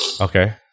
Okay